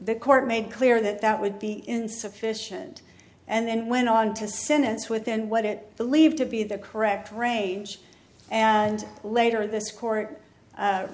the court made clear that that would be insufficient and then went on to sentence within what it believed to be the correct range and later this court